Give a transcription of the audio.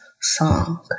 Song